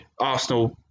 Arsenal